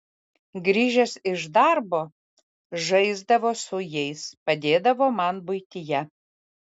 grįžęs iš darbo žaisdavo su jais padėdavo man buityje